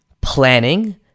planning